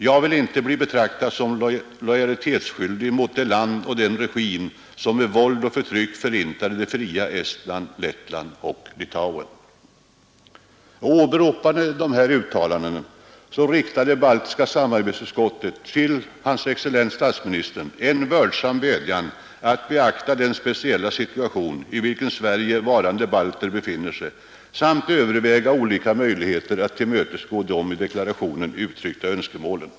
Jag vill icke bli betraktad såsom lojalitetsskyldig mot det land och den regim som med våld och förtryck förintade det fria Estland, Lettland, Litauen.” Åberopande dessa uttalanden riktar Baltiska samarbetsutskottet till hans excellens statsministern en vördsam vädjan att beakta den speciella situation i vilken i Sverige varande balter befinner sig samt överväga olika möjligheter att tillmötesgå de i deklarationen uttryckta önskemålen.